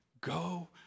go